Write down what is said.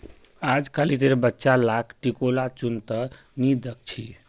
अजकालितेर बच्चा लाक टिकोला चुन त नी दख छि